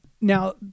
Now